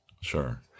Sure